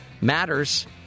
Matters